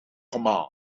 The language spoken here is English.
command